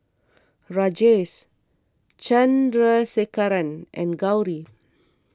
Rajesh Chandrasekaran and Gauri